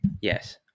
Yes